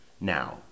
Now